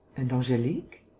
and angelique?